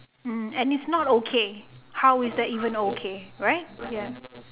mm and it's not okay how is that even okay right ya